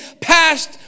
past